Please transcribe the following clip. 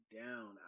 down